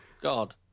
God